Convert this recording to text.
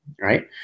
right